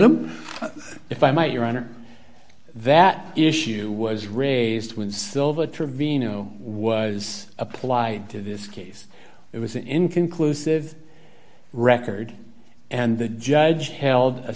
them if i might your honor that issue was raised when silva trevino was applied to this case it was an inconclusive record and the judge held a